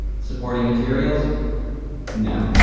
supporting materials no.